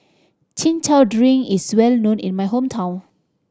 Chin Chow drink is well known in my hometown